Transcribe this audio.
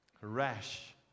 rash